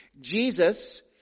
Jesus